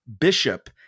Bishop